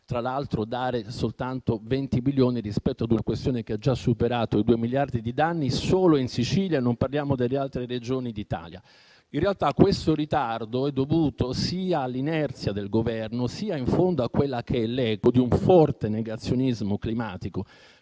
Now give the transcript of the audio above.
tra l'altro, dare soltanto 20 milioni rispetto ad una questione che ha già superato i 2 miliardi di danni solo in Sicilia, per non parlare delle altre Regioni d'Italia. In realtà questo ritardo è dovuto sia all'inerzia del Governo sia, in fondo, all'eco di un forte negazionismo climatico